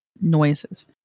noises